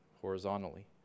horizontally